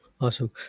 Awesome